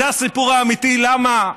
זה הסיפור האמיתי למה,